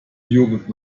jugend